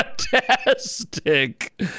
fantastic